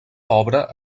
obra